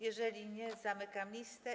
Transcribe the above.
Jeżeli nie, zamykam listę.